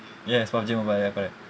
yes pubg mobile ya correct